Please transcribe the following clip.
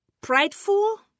prideful